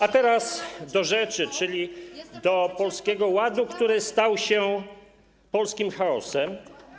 A teraz do rzeczy, czyli do Polskiego Ładu, który stał się polskim chaosem.